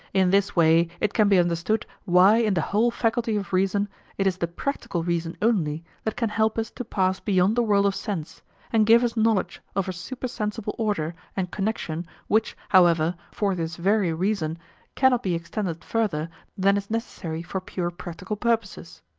in this way it can be understood why in the whole faculty of reason it is the practical reason only that can help us to pass beyond the world of sense and give us knowledge of a supersensible order and connection, which, however, for this very reason cannot be extended further than is necessary for pure practical purposes.